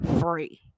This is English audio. free